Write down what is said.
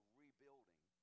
rebuilding